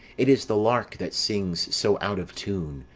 it is the lark that sings so out of tune,